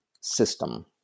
system